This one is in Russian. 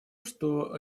что